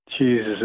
Jesus